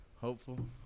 Hopeful